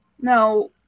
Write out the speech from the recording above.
No